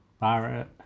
Barrett